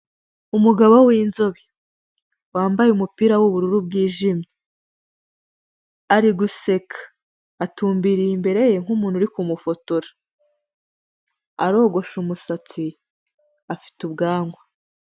Umugabo w'inzobe wambaye umupira w'ubururu bwijimye ari guseka atumbiriye imbere ye nk'umuntu uri kumufotora, arogoshe umusatsi, afite ubwanwa.